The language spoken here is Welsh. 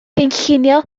cynllunio